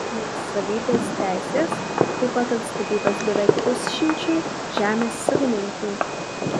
nuosavybės teisės taip pat atstatytos beveik pusšimčiui žemės savininkų